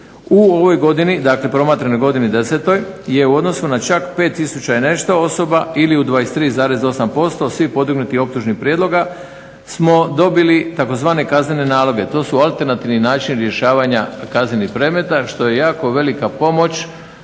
u ovoj godini, dakle promatranoj godini '10. je u odnosu na čak 5000 i nešto osoba ili u 23,8% svih podignutih optužnih prijedloga smo dobili tzv. kaznene naloge. To su alternativni načini rješavanja kaznenih predmeta što je jako velika pomoć